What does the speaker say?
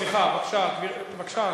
סליחה, בבקשה.